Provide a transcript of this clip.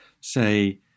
say